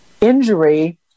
injury